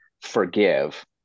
forgive